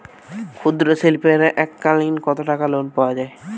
ক্ষুদ্রশিল্পের এককালিন কতটাকা লোন পাওয়া য়ায়?